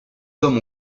hommes